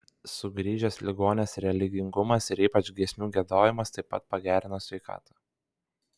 sugrįžęs ligonės religingumas ir ypač giesmių giedojimas taip pat pagerino sveikatą